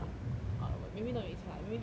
uh but maybe not 一千 lah maybe 六百多